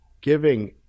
giving